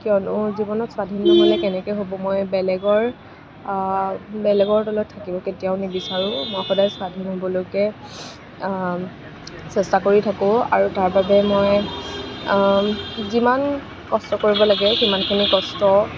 কিয়নো জীৱনত স্বাধীন নহ'লে কেনেকৈ হ'ব মই বেলেগৰ বেলেগৰ তলত থাকিব কেতিয়াও নিবিচাৰোঁ মই সদায় স্বাধীন হ'বলৈকে চেষ্টা কৰি থাকোঁ আৰু তাৰ বাবে মই যিমান কষ্ট কৰিব লাগে সিমানখিনি কষ্ট